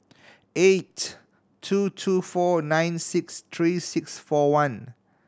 eight two two four nine six three six four one